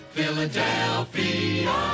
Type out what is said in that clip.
Philadelphia